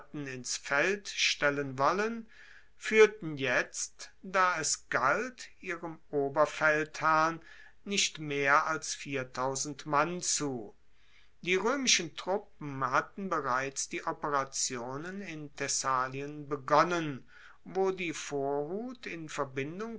ins feld stellen wollen fuehrten jetzt da es galt ihrem oberfeldherrn nicht mehr als mann zu die roemischen truppen hatten bereits die operationen in thessalien begonnen wo die vorhut in verbindung